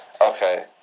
Okay